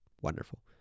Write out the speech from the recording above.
Wonderful